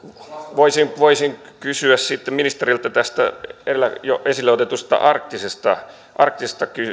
voisin voisin kysyä sitten ministeriltä tästä edellä jo esille otetusta arktisesta arktisesta